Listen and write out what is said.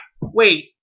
Wait